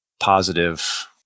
positive